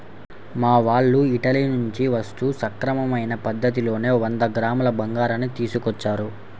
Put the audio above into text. మా వాళ్ళు ఇటలీ నుంచి వస్తూ సక్రమమైన పద్ధతిలోనే వంద గ్రాముల బంగారాన్ని తీసుకొచ్చారు